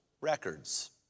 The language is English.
records